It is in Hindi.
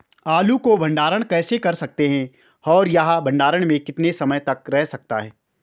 आलू को भंडारण कैसे कर सकते हैं और यह भंडारण में कितने समय तक रह सकता है?